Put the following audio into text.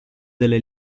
delle